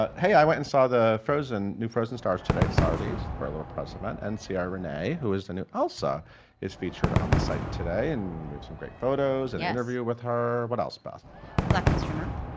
ah hey i went and saw the frozen, new frozen starts today at sardi's for a little press event, and ciara ah renee, who is the new elsa is featured on the site today, and we have some great photos, yes. and interviews with her, what else beth black history month.